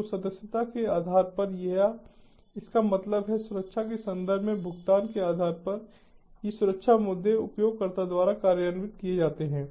तो सदस्यता के आधार पर या इसका मतलब है सुरक्षा के संदर्भ में भुगतान के आधार पर ये सुरक्षा मुद्दे उपयोगकर्ता द्वारा कार्यान्वित किए जाते हैं